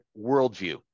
worldview